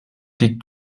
liegt